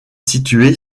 située